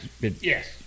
yes